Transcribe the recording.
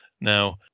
Now